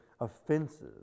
offenses